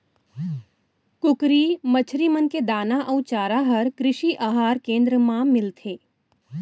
कुकरी, मछरी मन के दाना अउ चारा हर कृषि अहार केन्द्र मन मा मिलथे